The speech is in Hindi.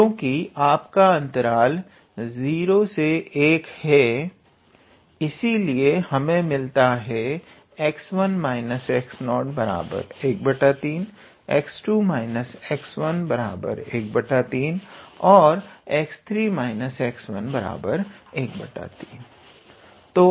क्योंकि आपका अंतराल 01 है इसलिए हमें मिलता है 𝑥1 − 𝑥0 13 𝑥2 − 𝑥1 13 और𝑥3 − 𝑥2 13